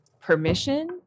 permission